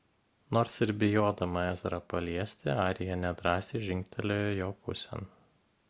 nors ir bijodama ezrą paliesti arija nedrąsiai žingtelėjo jo pusėn